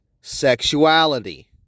sexuality